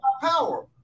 power